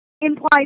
implies